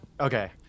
Okay